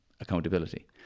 Accountability